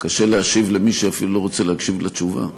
קשה להשיב למי שאפילו לא רוצה להקשיב לתשובה.